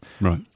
Right